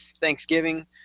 thanksgiving